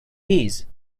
his